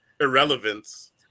irrelevance